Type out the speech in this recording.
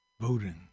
voting